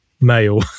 male